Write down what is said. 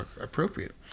appropriate